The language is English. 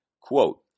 Quote